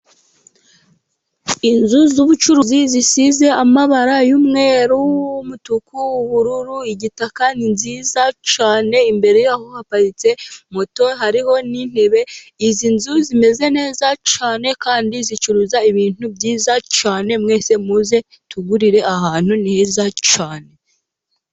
Inzu zubucuruzi zisize amabara y'umweru, umutuku, ubururu, igitaka, ni nziza cyane, imbere ya ho haparitse moto hariho n'intebe, izi nzu zimeze neza cyane kandi zicuruza ibintu byiza cyane, mwese muze tugurire aha hantu ni heza cyane.